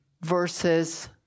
versus